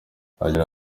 agira